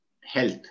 health